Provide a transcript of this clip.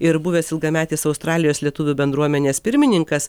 ir buvęs ilgametis australijos lietuvių bendruomenės pirmininkas